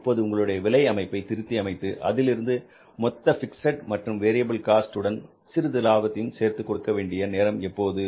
இப்போது உங்களது விலை அமைப்பை திருத்தி அமைத்து அதிலிருந்து மொத்த செலவு பிக்ஸட் காஸ்ட் மற்றும் வேரியபில் காஸ்ட் உடன் சிறிது லாபத்தையும் சேர்த்து கொடுக்கவேண்டிய நேரம் எப்போது